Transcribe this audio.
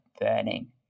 burning